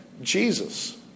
Jesus